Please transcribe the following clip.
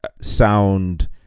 sound